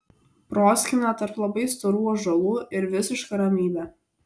proskyna tarp labai storų ąžuolų ir visiška ramybė